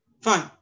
Fine